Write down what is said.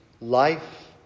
life